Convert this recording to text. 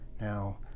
now